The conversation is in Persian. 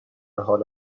حال